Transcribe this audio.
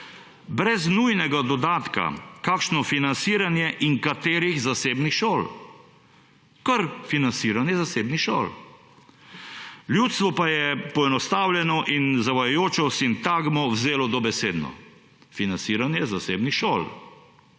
brez nujnega dodatka, kakšno financiranje in katerih zasebnih šol. Kar financiranje zasebnih šol. Ljudstvo pa je poenostavljeno in zavajajočo sintagmo vzelo dobesedno. Financiranje zasebnih šol.